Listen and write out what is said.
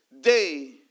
day